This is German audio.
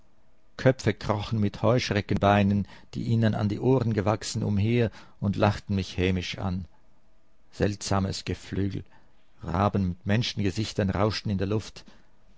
köpfe krochen mit heuschreckenbeinen die ihnen an die ohren gewachsen umher und lachten mich hämisch an seltsames geflügel raben mit menschengesichtern rauschten in der luft